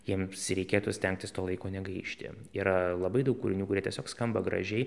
jiems reikėtų stengtis to laiko negaišti yra labai daug kūrinių kurie tiesiog skamba gražiai